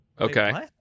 okay